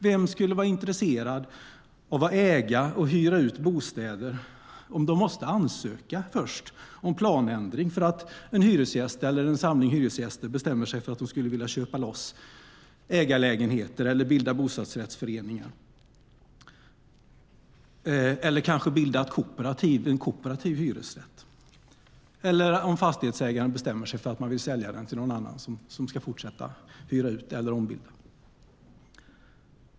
Vem skulle vara intresserad av att äga och hyra ut bostäder om man måste ansöka om planändring för att en hyresgäst eller en samling hyresgäster vill köpa loss ägarlägenheter, bilda bostadsrättsföreningar eller kanske bilda en kooperativ hyresrätt? Eller fastighetsägaren kanske vill sälja fastigheten till någon annan som ska fortsätta att hyra ut eller ombilda.